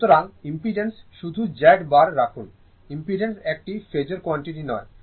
সুতরাং ইম্পিডেন্স শুধু z বার রাখুন ইম্পিডেন্স একটি ফেজোর কোয়ান্টিটি নয়